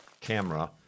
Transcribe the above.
camera